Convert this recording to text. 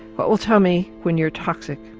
what will tell me when you're toxic?